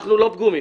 אנחנו לא פגומים.